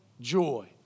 joy